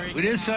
it is so